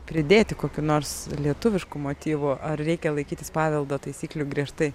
pridėti kokių nors lietuviškų motyvų ar reikia laikytis paveldo taisyklių griežtai